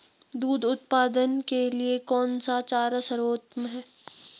दूध उत्पादन के लिए कौन सा चारा सर्वोत्तम है?